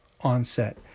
onset